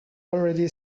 already